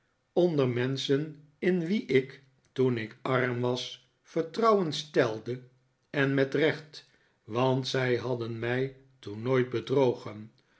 onder menschen in wie ik toen ik arm was vertrouwen stelde en met recht want zij hadden mij toen nooit bedrogen